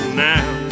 now